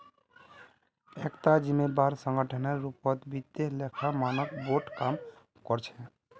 एकता जिम्मेदार संगठनेर रूपत वित्तीय लेखा मानक बोर्ड काम कर छेक